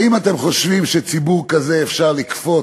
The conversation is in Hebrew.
האם אתם חושבים שעל ציבור כזה אפשר לכפות?